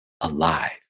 alive